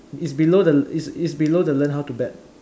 is below the is is below the learn how to bet